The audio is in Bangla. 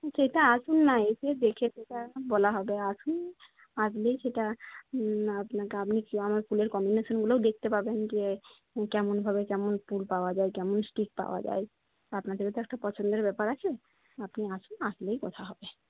সেটা আসুন না এসে দেখে সেটা এখন বলা হবে আসুন আসলেই সেটা আপনাকে আমি ফুলের কম্বিনেশনগুলোও দেখতে পাবেন যে কেমনভাবে কেমন ফুল পাওয়া যায় কেমন স্টিক পাওয়া যায় আপনাদেরও তো একটা পছন্দের ব্যাপার আছে আপনি আসুন আসলেই কথা হবে